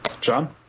John